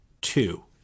two